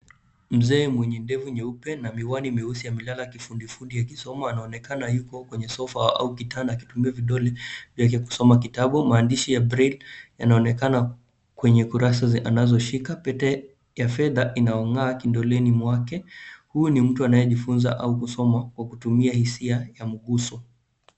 Mzee mwenye ndevu nyeupe na miwani meusi amelala kifudifudi akisoma anaonekana yuko kwenye sofa au kitanda akitumia vidole yake kusoma kitabu. Maandishi ya Braille yanaonekana kwenye kurasa anazoshika. Pete ya fedha inayongaa kidoleni mwake. Huyu ni mtu aneyejifunza au kusoma kwa kutumia hisia ya mguzo.